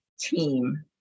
team